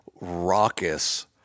raucous